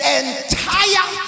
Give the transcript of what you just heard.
entire